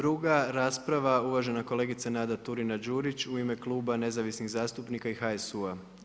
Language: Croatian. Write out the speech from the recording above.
Druga rasprava uvažena kolegica Nada Turina-Đurić u ime Kluba nezavisnih zastupnika i HSU-a.